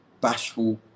bashful